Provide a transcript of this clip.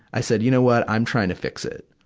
i said, you know what, i'm trying to fix it.